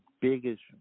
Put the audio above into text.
biggest